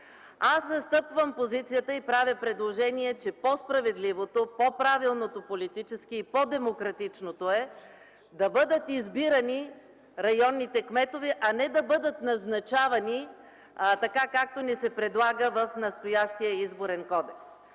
Аз застъпвам позицията и правя предложение, че по-справедливото, по-правилното политически и по-демократичното е районните кметове да бъдат избирани, а не да бъдат назначавани, така както ни се предлага в настоящия Изборен кодекс.